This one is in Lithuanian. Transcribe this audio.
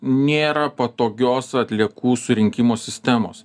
nėra patogios atliekų surinkimo sistemos